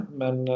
men